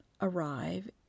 arrive